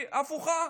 היא הפוכה,